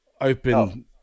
open